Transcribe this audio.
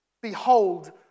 Behold